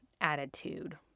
attitude